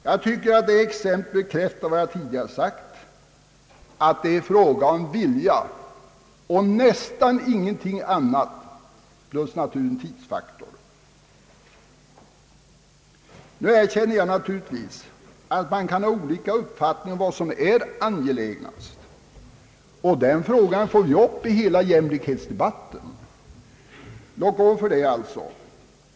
Jag tycker att exemplet bekräftar vad jag tidigare sagt om att detta är en fråga om vilja, plus naturligtvis en tidsfaktor. Nu erkänner jag naturligtvis att man kan ha olika uppfattning om vad som är mest angeläget. Den frågan får vi ta upp i hela jämlikhetsdebatten. Låt gå för det!